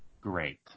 Great